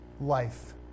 life